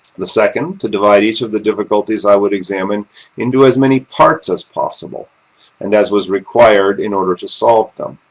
the second, to divide each of the difficulties i would examine into as many parts as possible and as was required in order to solve them.